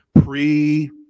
Pre